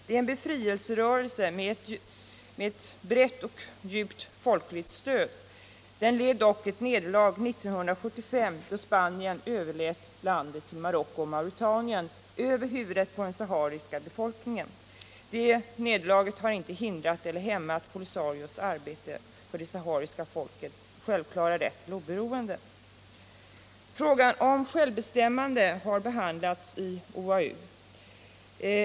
Det är en befrielserörelse med brett och djupt folkligt stöd. Den led dock ett nederlag 1975, då Spanien överlät landet till Marocko och Mauretanien över huvudet på den sahariska befolkningen. Det nederlaget har inte hindrat eller hämmat Polisarios arbete för det sahariska folkets självklara rätt till oberoende. Frågan om självbestämmande har behandlats i OAU.